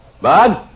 Bud